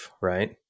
right